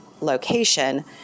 location